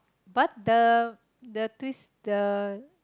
but the the twist the